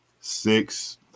Six